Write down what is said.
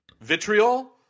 vitriol